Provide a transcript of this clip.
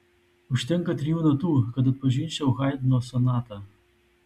užtenka trijų natų kad atpažinčiau haidno sonatą